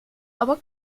aber